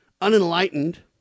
unenlightened